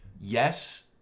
yes